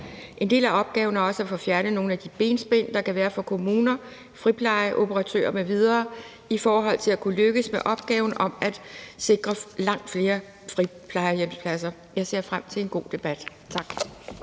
En del af opgaven er også at få fjernet nogle af de benspænd, der kan være for kommuner, friplejeoperatører m.v. i forhold til at kunne lykkes med opgaven om at sikre langt flere friplejehjemspladser. Jeg ser frem til en god debat. Tak.